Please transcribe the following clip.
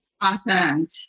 Awesome